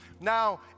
now